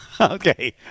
Okay